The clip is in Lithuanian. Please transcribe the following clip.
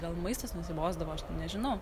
gal maistas nusibosdavo aš nežinau